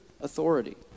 authority